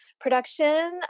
production